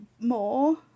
more